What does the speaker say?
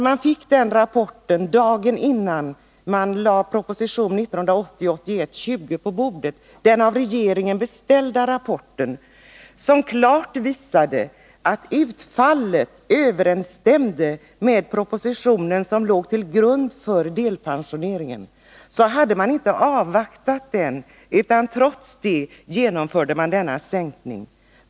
Dagen innan regeringen lade proposition 1980/81:20 på bordet fick regeringen den beställda rapporten, som klart visade att utfallet av delpensioneringen överensstämde med prognosen i den proposition som låg till grund för delpensioneringen. Trots detta genomförde man en sänkning av kompensationsnivån. Man hade alltså inte avvaktat resultatet av undersökningen.